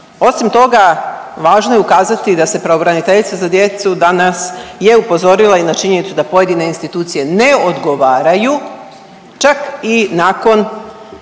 Osim toga važno je ukazati da se pravobraniteljica za djecu, da nas je upozorila i na činjenicu da pojedine institucije ne odgovaraju čak i nakon